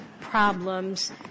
problems